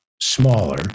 smaller